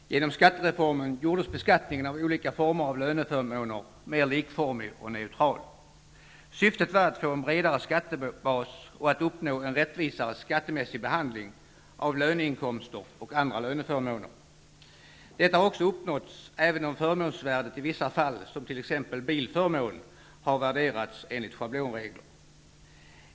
Herr talman! Genom skattereformen gjordes beskattningen av olika former av löneförmåner mer likformig och neutral. Syftet var att få en bredare skattebas och att uppnå en rättvisare skattemässig behandling av löneinkomster och andra löneförmåner. Detta har också uppnåtts, även om förmånsvärdet i vissa fall, t.ex. bilförmån, har värderats enligt schablonregler.